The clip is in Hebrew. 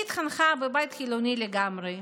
היא התחנכה בבית חילוני לגמרי,